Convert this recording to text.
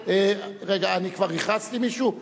רגע, אני כבר הכרזתי מישהו?